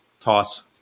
toss